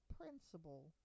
principle